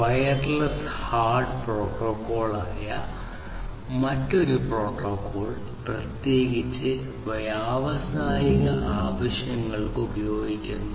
wireless HART പ്രോട്ടോക്കോളായ മറ്റൊരു protocol പ്രത്യേകിച്ച് വ്യാവസായിക ആവശ്യങ്ങൾക്ക് ഉപയോഗിക്കുന്നു